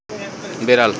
বেড়াল